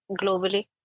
globally